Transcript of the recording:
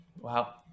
wow